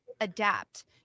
adapt